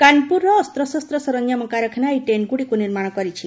କାନ୍ପୁରର ଅସ୍ତଶସ୍ତ ସରଞ୍ଜାମ କାରଖାନା ଏହି ଟେଣ୍ଟ୍ଗୁଡ଼ିକୁ ନିର୍ମାଣ କରିଛି